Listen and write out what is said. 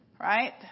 Right